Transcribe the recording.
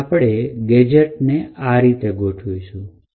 અને આપણે ગેજેટ્સ ને આ રીતે ગોઠવીશું